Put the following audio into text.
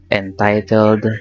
entitled